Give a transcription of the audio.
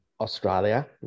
Australia